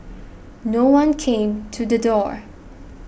no one came to the door